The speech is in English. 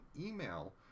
email